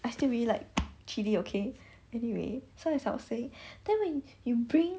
I still really like chili okay anyway so as I was saying that then you bring